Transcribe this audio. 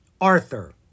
Arthur